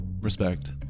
Respect